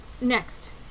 Next